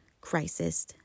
crisis